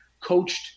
coached